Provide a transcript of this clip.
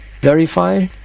verify